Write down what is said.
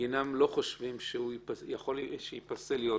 שבגינם לא חושבים שהוא ייפסל להיות שופט